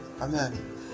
Amen